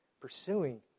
pursuing